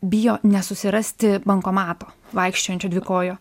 bijo nesusirasti bankomato vaikščiojančio dvikojo